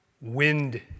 wind